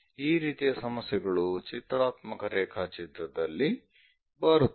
ಈ ರೀತಿಯ ಸಮಸ್ಯೆಗಳು ಚಿತ್ರಾತ್ಮಕ ರೇಖಾಚಿತ್ರದಲ್ಲಿ ಬರುತ್ತದೆ